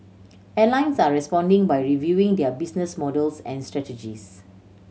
airlines are responding by reviewing their business models and strategies